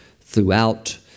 throughout